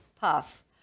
Puff